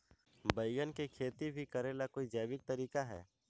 बैंगन के खेती भी करे ला का कोई जैविक तरीका है?